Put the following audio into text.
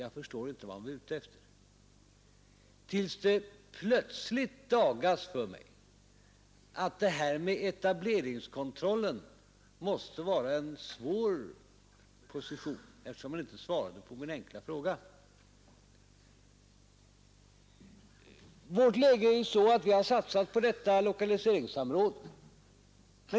Jag förstod inte vad han var ute efter, tills det plötsligt dagades för mig att detta med etableringskontrollen måste vara en svår position, eftersom han inte svarade på min enkla fråga. Vårt läge är ju att vi har satsat på detta lokaliseringssamråd.